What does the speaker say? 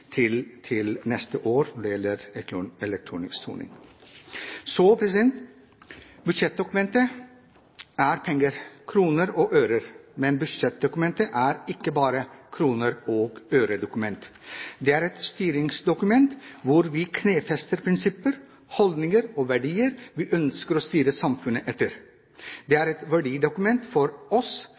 til elektronisk soning neste år. Budsjettdokumentet handler om penger – om kroner og øre. Men budsjettdokumentet er ikke bare et kroner-og-øre-dokument. Det er et styringsdokument, hvor vi knesetter prinsipper, holdninger og verdier vi ønsker å styre samfunnet etter. Det er et verdidokument for oss.